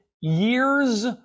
years